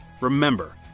Remember